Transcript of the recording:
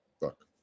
Look